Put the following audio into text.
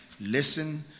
listen